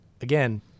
again